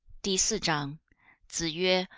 di san zhang zi yue,